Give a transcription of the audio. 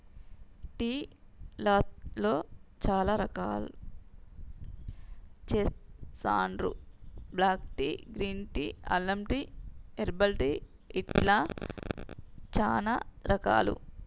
tea లలో చాల రకాలు చెస్తాండ్లు బ్లాక్ టీ, గ్రీన్ టీ, అల్లం టీ, హెర్బల్ టీ ఇట్లా చానా రకాలు